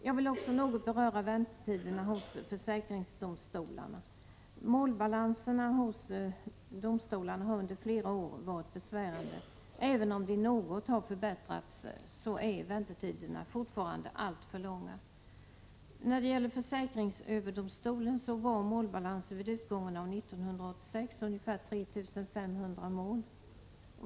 Jag vill också något beröra väntetiderna hos försäkringsdomstolarna. Målbalanserna hos försäkringsdomstolarna har under flera år varit besvärande. Även om de har förbättrats något är väntetiderna fortfarande alltför långa. När det gäller försäkringsöverdomstolen var målbalansen vid utgången av 1986 ca 3 500 mål.